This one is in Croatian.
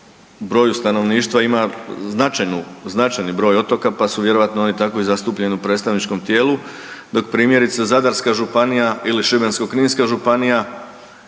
broju stanovništva ima značajni broj otoka pa su vjerojatno oni tako i zastupljeni u predstavničkom tijelu, dok primjerice Zadarska županija ili Šibensko-kninska županija